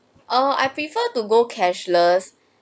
oh I prefer to go cashless